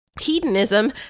Hedonism